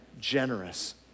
generous